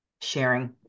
sharing